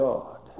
God